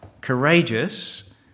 courageous